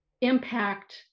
impact